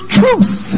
truth